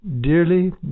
Dearly